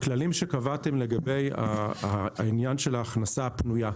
הכללים שקבעתם לגבי העניין של ההכנסה הפנויה.